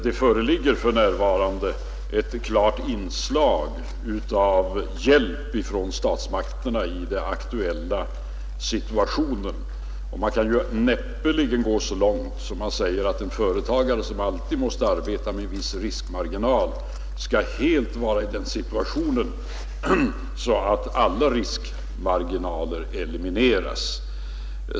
Det föreligger för närvarande ett klart inslag av hjälp från statsmakterna i den aktuella situationen. Man kan näppeligen gå så långt att man säger att en företagare som alltid måste arbeta med en viss riskmarginal skall vara i den situationen att alla risker elimineras.